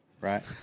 right